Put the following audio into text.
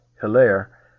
Hilaire